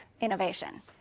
innovation